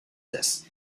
this